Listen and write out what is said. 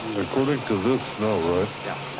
according to this, no, right. yeah.